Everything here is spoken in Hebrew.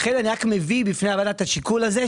לכן אני מביא בפני הוועדה את השיקול הזה,